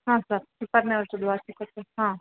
ಹಾಂ ಸರ್ ಇಪ್ಪತ್ತನೇ ವರ್ಷದ ವಾರ್ಷಿಕೋತ್ಸವ ಹಾಂ